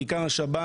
כיכר השבת.